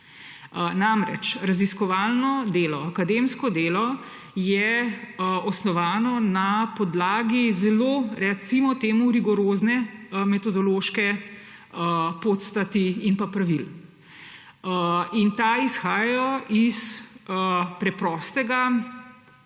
Namreč, raziskovalno delo, akademsko delo je osnovano na podlagi zelo, recimo temu, rigorozne metodološke podstati in pravil. Ta izhajajo iz preprostega